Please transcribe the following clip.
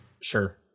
sure